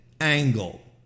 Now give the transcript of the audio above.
angle